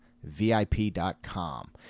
vip.com